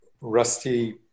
rusty